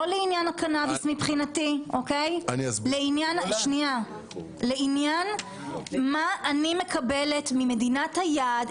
לא לעניין הקנאביס מבחינתי אלא מה אני מקבלת ממדינת היעד,